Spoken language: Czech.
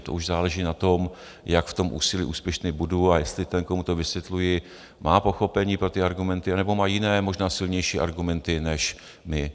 To už záleží na tom, jak v tom úsilí úspěšný budu, a jestli ten, komu to vysvětluji, má pochopení pro ty argumenty, nebo má jiné možná silnější argumenty než my.